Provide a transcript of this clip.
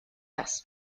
das